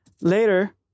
Later